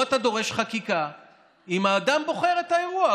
אתה דורש חקיקה אם האדם בוחר את האירוע.